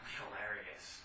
hilarious